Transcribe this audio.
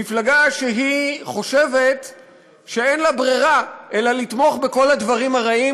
מפלגה שחושבת שאין לה ברירה אלא לתמוך בכל הדברים הרעים